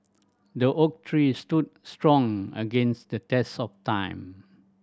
the oak tree stood strong against the test of time